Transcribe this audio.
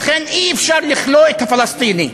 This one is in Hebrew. לכן אי-אפשר לכלוא את הפלסטיני,